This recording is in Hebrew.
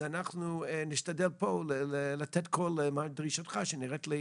אנחנו נשתדל לתת קול לדרישתך שנראית לי